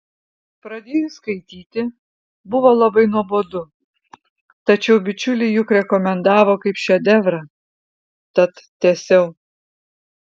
pradėjus skaityti buvo labai nuobodu tačiau bičiuliai juk rekomendavo kaip šedevrą tad tęsiau